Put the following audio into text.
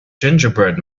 gingerbread